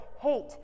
hate